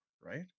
right